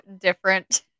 different